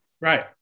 Right